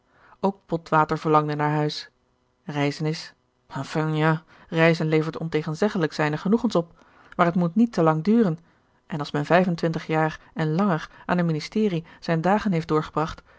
ook botwater verlangde naar huis reizen is enfin ja reizen levert ontegenzeggelijk zijne genoegens op maar het moet niet te lang duren en als men vijf en twintig jaar en langer aan een ministerie zijne dagen heeft doorgebracht